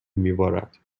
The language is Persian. میبارد